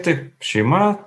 taip šeima